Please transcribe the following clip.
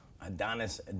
Adonis